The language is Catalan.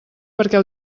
perquè